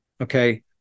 okay